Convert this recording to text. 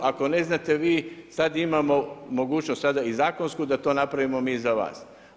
Ako ne znate vi, sad imamo mogućnost i zakonsku da to napravimo mi za vas.